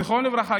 זכרו לברכה,